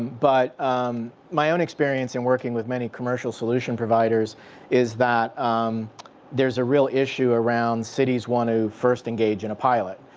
but my own experience in working with many commercial solution providers is that there's a real issue around cities want to first engage in a pilot.